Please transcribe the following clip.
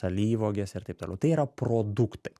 alyvuogės ir taip toliau tai yra produktai